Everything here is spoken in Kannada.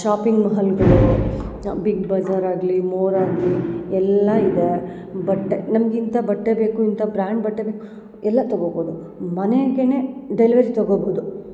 ಶಾಪಿಂಗ್ ಮಹಲ್ಗಳು ಬಿಗ್ ಬಝಾರಾಗಲಿ ಮೋರಾಗಲಿ ಎಲ್ಲ ಇದೆ ಬಟ್ಟೆ ನಮ್ಗೆ ಇಂಥ ಬಟ್ಟೆ ಬೇಕು ಇಂಥ ಬ್ರ್ಯಾಂಡ್ ಬಟ್ಟೆ ಬೇಕು ಎಲ್ಲ ತೊಗೊಬೋದು ಮನೆಗೇ ಡೆಲಿವರಿ ತೊಗೊಬೋದು